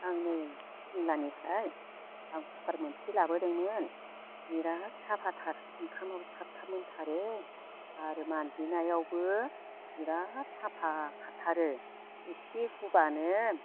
आङो सिमलानिफ्राय आं कुकार मोनसे लाबोदोंमोन बिराद साफाथार ओंखामाबो थाब थाब मोनथारो आरो मानजिनायावबो बिराद साफा खारथारो इसे हुबानो